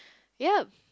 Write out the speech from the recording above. yeap